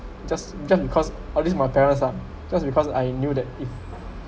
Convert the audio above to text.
just just because all this my parents ah just because I knew that if